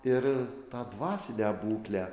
ir tą dvasinę būklę